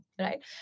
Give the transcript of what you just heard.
right